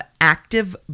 active